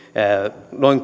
noin